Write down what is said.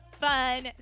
fun